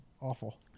awful